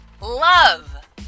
Love